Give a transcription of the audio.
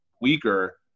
weaker